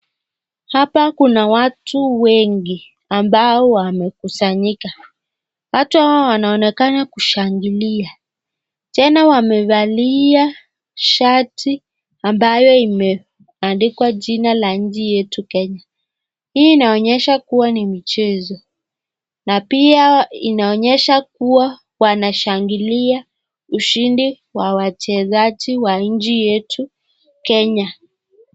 Hapa Kuna watu wengi ambao wamekusanyika hata hawa wanaonekana kushangilia tena wamefalia shati ambaye imeandikwa china ya nchi yetu kenya, hii inaonyesha kuwa ni mchezo na pia inaonyesha kuwa Wana shangilia ushindi wa wachesaji wa nchi yetu kenya .